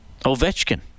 Ovechkin